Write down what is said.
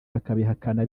bakabihakana